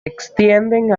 extiende